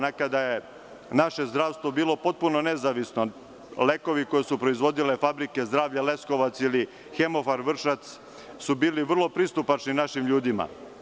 Nekada je naše zdravstvo bilo potpuno nezavisno, lekovi koje su proizvodile fabrike „Zdravlje“ Leskovac ili „Hemofarm“ Vršac su bili vrlo pristupačni našim ljudima.